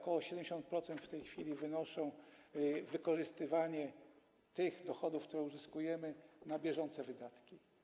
Ok. 70% w tej chwili wynosi wykorzystywanie tych dochodów, które uzyskujemy, na bieżące wydatki.